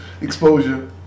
exposure